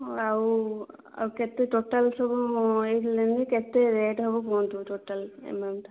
ଆଉ ଆଉ କେତେ ଟୋଟାଲ୍ ସବୁ ଏଇଠୁ ନେବି କେତେ ରେଟ୍ ହେବ କୁହନ୍ତୁ ଟୋଟାଲ୍ ଏମାଉଣ୍ଟ୍ଟା